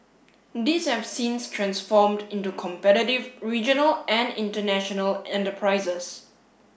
these have since transformed into competitive regional and international enterprises